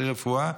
צריך רפואה,